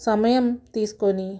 సమయం తీసుకొని